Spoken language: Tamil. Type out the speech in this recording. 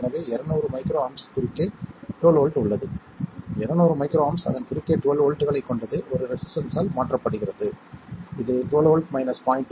எனவே 200 µA குறுக்கே 12 வோல்ட் உள்ளது 200 µA அதன் குறுக்கே 12 வோல்ட்களைக் கொண்டது ஒரு ரெசிஸ்டன்ஸ் ஆல் மாற்றப்படுகிறது இது 12v 0